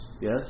yes